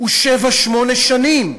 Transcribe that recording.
הוא שבע, שמונה שנים.